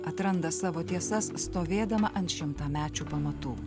atranda savo tiesas stovėdama ant šimtamečių pamatų